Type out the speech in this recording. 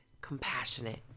compassionate